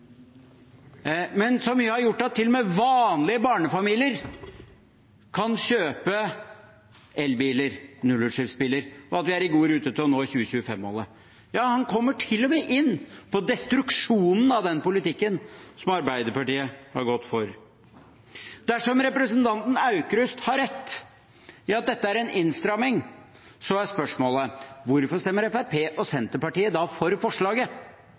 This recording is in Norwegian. kan kjøpe elbiler, nullutslippsbiler, og at vi er i god rute til å nå 2025-målet. Ja, han kommer til og med inn på destruksjonen av den politikken som Arbeiderpartiet har gått inn for. Dersom representanten Aukrust har rett i at dette er en innstramming, er spørsmålet: Hvorfor stemmer Fremskrittspartiet og Senterpartiet da for forslaget?